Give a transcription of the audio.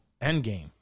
Endgame